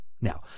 Now